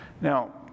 Now